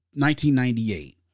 1998